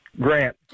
Grant